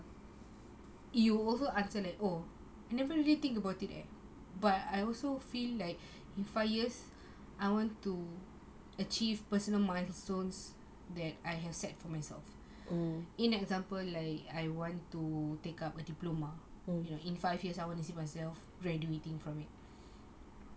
you also answer like oh never really think about it eh but I also feel like five years I want to achieve personal milestones that I have set for myself in example like I want to take up a diploma in five years I wanna see myself radiating from it